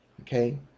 Okay